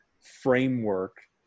framework